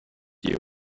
you